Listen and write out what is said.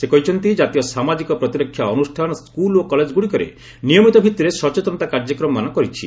ସେ କହିଛନ୍ତି ଜାତୀୟ ସାମାଜିକ ପ୍ରତିରକ୍ଷା ଅନୁଷ୍ଠାନ ସ୍କୁଲ ଓ କଲେଜ ଗୁଡିକରେ ନିୟମିତ ଭିଭିରେ ସଚେତନତା କାର୍ଯ୍ୟକ୍ରମ ମାନ କରିଛି